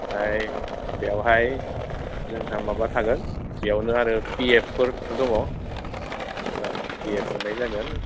ओमफाय बेवहाय जोंहा माबा थागोन बेवनो आरो पिएफफोर दङ पिएफ मोननाय जागोन